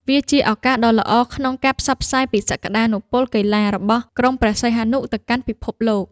វាជាឱកាសដ៏ល្អក្នុងការផ្សព្វផ្សាយពីសក្ដានុពលកីឡា របស់ក្រុងព្រះសីហនុទៅកាន់ពិភពលោក។